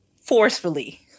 forcefully